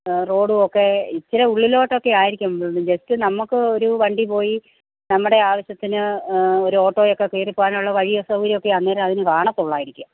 road ഒക്കെ ഇച്ചിര ഉള്ളിലോട്ടൊക്കെ ആയിരിക്കും ജസ്റ്റ് നമുക്ക് ഒരു വണ്ടി പോയി നമ്മുടെ ആവശ്യത്തിന് ഓരോട്ടോയൊക്കെ കയറി പോകാനുള്ള വഴിയും സൗകര്യമൊക്കെ അന്നേരത്തിന് കാണത്തുള്ളായിരിക്കും